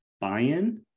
buy-in